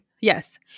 Yes